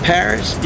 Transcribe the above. Paris